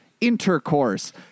intercourse